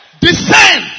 Descend